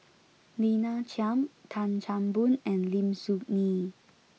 Lina Chiam Tan Chan Boon and Lim Soo Ngee